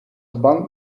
bank